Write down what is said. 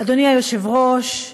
אדוני היושב-ראש,